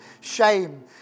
shame